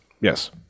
Yes